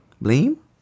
blame